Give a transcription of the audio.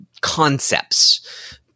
concepts